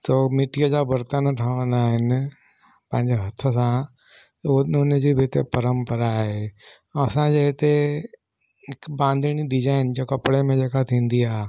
थो मिटीअ जा बर्तन ठहंदा आहिनि पंहिंजे हथ सां उहो बि उन जी बि त परंपरा आहे ऐं असांजे हिते हिकु बांधणी डिज़ाइन जो कपिड़े में जेका थींदी आहे